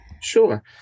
Sure